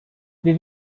did